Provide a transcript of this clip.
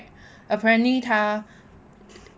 apparently 他